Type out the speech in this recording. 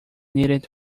needed